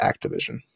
activision